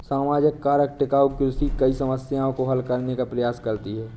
सामाजिक कारक टिकाऊ कृषि कई समस्याओं को हल करने का प्रयास करती है